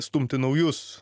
stumti naujus